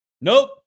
Nope